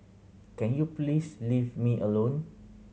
can you please leave me alone